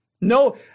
No